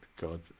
God